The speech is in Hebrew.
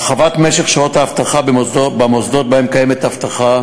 הגדלת מספר שעות האבטחה במוסדות שבהם קיימת אבטחה